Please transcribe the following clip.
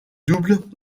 double